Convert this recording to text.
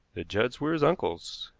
the judds were his uncles.